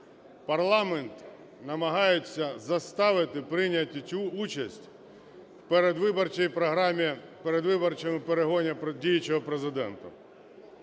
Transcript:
парламент намагається заставити прийняти участь в передвиборчій програмі, в передвиборчому перегоні діючого Президента.